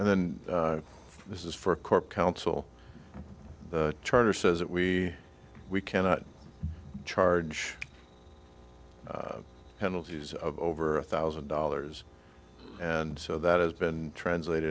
and then this is for a court counsel the charter says that we we cannot charge penalties of over a thousand dollars and so that has been translate